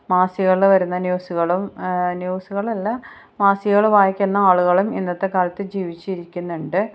മാസികകളിൽ വരുന്ന ന്യൂസുകളും ന്യൂസുകളല്ല മാസികകൾ വായിക്കുന്ന ആളുകളും ഇന്നത്തെക്കാലത്തു ജീവിച്ചിരിക്കുന്നത്